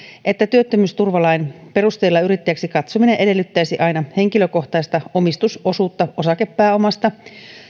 että työttömyysturvalain perusteella yrittäjäksi katsominen edellyttäisi aina henkilökohtaista omistusosuutta osakepääomasta